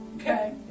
Okay